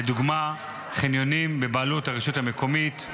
לדוגמה חניונים בבעלות הרשות המקומית,